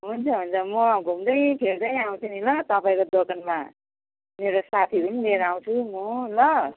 हुन्छ हुन्छ म घुम्दै फिर्दै आउँछु नि ल तपाईँको दोकानमा मेरो साथीहरू पनि लिएर आउँछु म ल